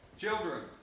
children